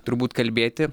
turbūt kalbėti